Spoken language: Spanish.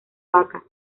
vaca